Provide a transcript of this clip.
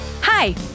Hi